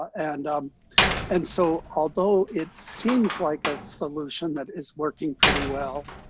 and um and so although it seems like a solution that is working pretty well,